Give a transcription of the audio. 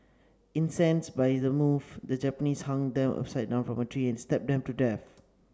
incensed by is move the Japanese hung them upside down from a tree and stabbed them to death